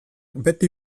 beti